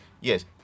yes